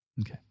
Okay